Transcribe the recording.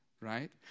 right